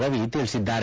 ರವಿ ತಿಳಿಸಿದ್ದಾರೆ